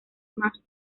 más